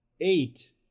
Eight